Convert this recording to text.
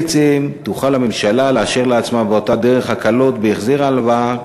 בעצם תוכל הממשלה לאשר לעצמה באותה דרך "הקלות" בהחזר ההלוואה,